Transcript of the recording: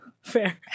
fair